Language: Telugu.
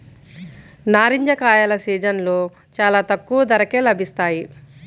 నారింజ కాయల సీజన్లో చాలా తక్కువ ధరకే లభిస్తాయి